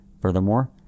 Furthermore